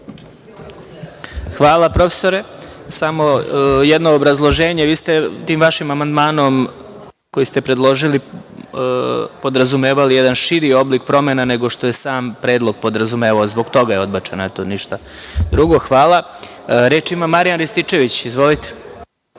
Hvala. Samo jedno obrazloženje. Vi ste tim vašim amandmanom, koji ste predložili, podrazumevali jedan širi oblik promena, nego što je sam predlog podrazumevao i zbog toga je odbačen, ništa drugo. Hvala. Reč ima Marijan Rističević. Izvolite.